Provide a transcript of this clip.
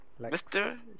Mr